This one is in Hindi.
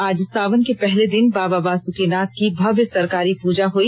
आज सावन के पहले दिन बाबा बासुकिनाथ की भव्य सरकारी पूजा हुई